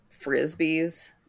frisbees